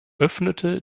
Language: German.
öffnete